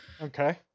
Okay